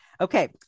Okay